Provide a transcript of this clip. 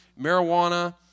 marijuana